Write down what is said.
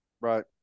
Right